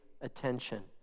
attention